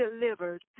delivered